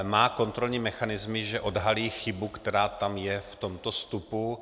Má kontrolní mechanismy, že odhalí chybu, která tam je v tomto vstupu.